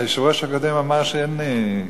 היושב-ראש הקודם אמר שאין לי מגבלה.